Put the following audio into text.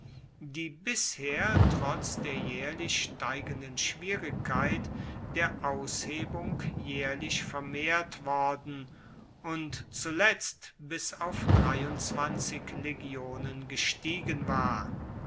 die bisher trotz der jaehrlich steigenden schwierigkeit der aushebung jaehrlich vermehrt worden und zuletzt bis auf legionen gestiegen war